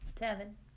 seven